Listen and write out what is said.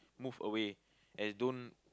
move away as don't